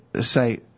say